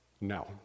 no